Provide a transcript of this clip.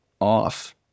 off